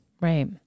Right